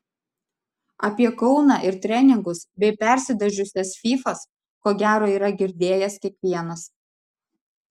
apie kauną ir treningus bei persidažiusias fyfas ko gero yra girdėjęs kiekvienas